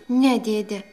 ne dėde